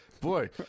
boy